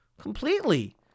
Completely